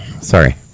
Sorry